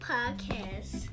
Podcast